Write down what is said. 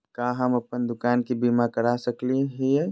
का हम अप्पन दुकान के बीमा करा सकली हई?